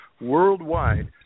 worldwide